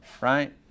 right